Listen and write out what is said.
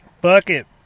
bucket